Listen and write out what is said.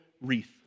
wreath